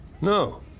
No